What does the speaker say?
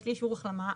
יש לי אישור החלמה.